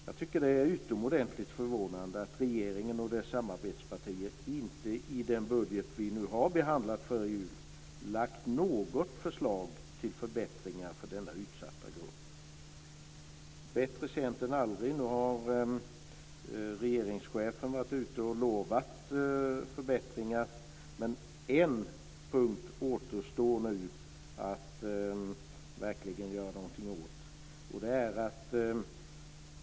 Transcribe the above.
Jag tycker att det är utomordentligt förvånande att regeringen och dess samarbetspartier inte i den budget som vi har behandlat före jul har lagt fram något förslag till förbättringar för denna utsatta grupp. Bättre sent än aldrig - nu har regeringschefen lovat förbättringar, men det återstår en punkt att verkligen göra någonting åt.